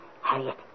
Harriet